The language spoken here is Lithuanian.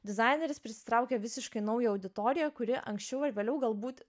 dizaineris prisitraukė visiškai naują auditoriją kuri anksčiau ar vėliau galbūt